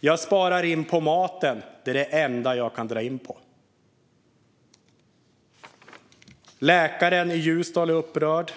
Jag sparar in på maten, det är det enda jag kan dra in på. Läkaren i Ljusdal är upprörd.